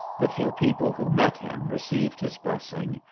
the few people who met him received his blessing,